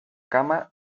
cama